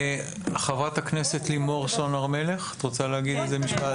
חברת הכנסת לימור סון הר מלך, את רוצה להגיד משפט?